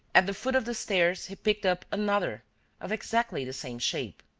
at the foot of the stairs, he picked up another of exactly the same shape.